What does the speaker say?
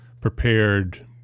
prepared